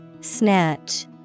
Snatch